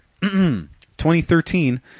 2013